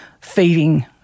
feeding